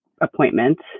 appointments